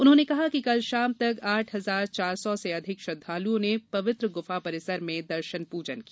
उन्होंने कहा कि कल शाम तक आठ हजार चार सौ से अधिक श्रद्वालुओं ने पवित्र गुफा परिसर में दर्शन पूजन किया